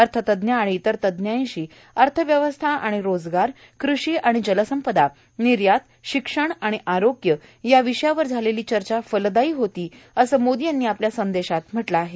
अर्थतज्ज्ञ आणि इतर तज्ज्ञांशी अर्थव्यवस्था आणि रोजगार कृषी आ णि जलसंपदा निर्यात शिक्षण आणि आरोग्य या विषयांवर झालेली चर्चाफलदायी होती असं मोदी यांनी आपल्या संदेशात म्हटलं आहे